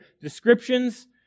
descriptions